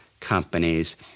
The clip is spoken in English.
companies